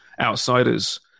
Outsiders